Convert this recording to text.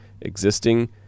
existing